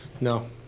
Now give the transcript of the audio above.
No